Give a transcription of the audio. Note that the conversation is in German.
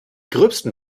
gröbsten